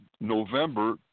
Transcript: november